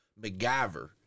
MacGyver